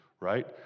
right